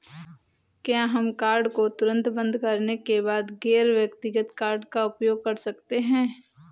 क्या हम कार्ड को तुरंत बंद करने के बाद गैर व्यक्तिगत कार्ड का उपयोग कर सकते हैं?